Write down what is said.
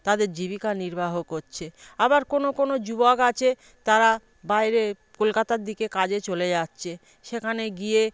তাদের জীবিকা নির্বাহ করছে আবার কোনও কোনও যুবক আছে তারা বাইরে কলকাতার দিকে কাজে চলে যাচ্ছে সেখানে গিয়ে